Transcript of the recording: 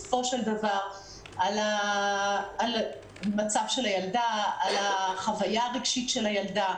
על המצב של הילדה, על החוויה הרגשית של הילדה.